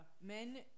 Men